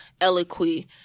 eloquy